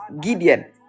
Gideon